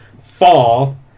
fall